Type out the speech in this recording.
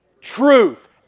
Truth